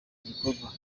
gikorwa